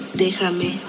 Déjame